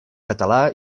català